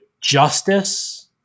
justice